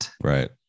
Right